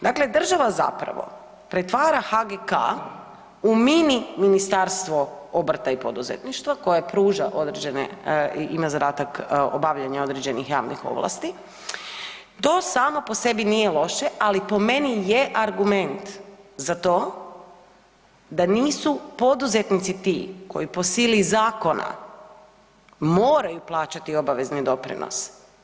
Dakle država zapravo pretvara HGK u mini ministarstvo obrta i poduzetništva, koje pruža određene, ima zadatak obavljanja određenih javnih ovlasti, to samo po sebi nije loše, ali po meni je argument za to da nisu poduzetnici ti koji po sili zakona moraju plaćati obavezni doprinos.